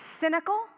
cynical